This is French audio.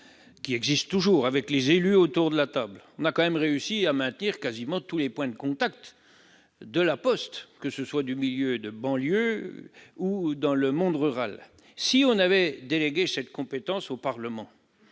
existent toujours et réunissent des élus autour d'une table, on a tout de même réussi à maintenir quasiment tous les points de contact de La Poste, que ce soit en banlieue ou dans le milieu rural. Si l'on avait délégué cette compétence au Parlement,